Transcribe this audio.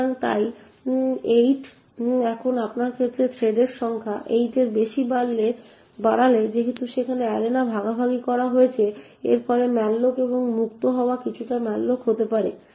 সুতরাং তাই 8 এখন আপনি একবার থ্রেডের সংখ্যা 8 এর বেশি বাড়ালে যেহেতু সেখানে অ্যারেনা ভাগাভাগি করা হয়েছে এর ফলে ম্যালোক এবং মুক্ত হওয়ার কিছুটা malloc হতে পারে